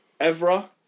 Evra